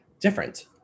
different